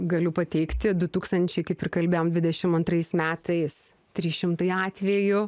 galiu pateikti du tūkstančiai kaip ir kalbėjom dvidešimt antrais metais trys šimtai atvejų